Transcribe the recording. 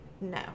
No